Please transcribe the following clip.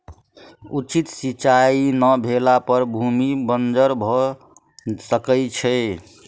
उचित सिचाई नै भेला पर भूमि बंजर भअ सकै छै